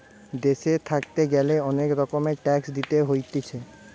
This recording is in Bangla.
দেশে থাকতে গ্যালে অনেক রকমের ট্যাক্স দিতে হতিছে